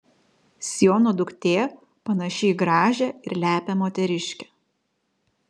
siono duktė panaši į gražią ir lepią moteriškę